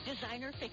Designer